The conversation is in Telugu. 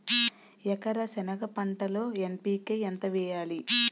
ఎకర సెనగ పంటలో ఎన్.పి.కె ఎంత వేయాలి?